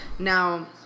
Now